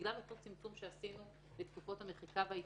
בגלל אותו צמצום שעשינו בתקופות המחיקה וההתיישנות,